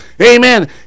Amen